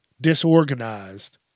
disorganized